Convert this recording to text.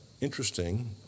interesting